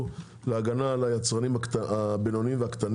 להגנה על היצרנים הקטנים והבינוניים.